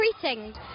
Greetings